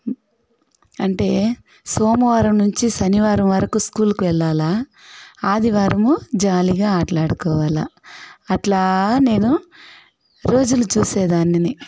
అంటే సోమవారం నుంచి శనివారం వరకు స్కూల్కి వెళ్ళాలా ఆదివారం జాలీగా ఆటలాడుకోవాల అట్లా నేను రోజులు చూసేదాన్ని